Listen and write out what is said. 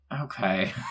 Okay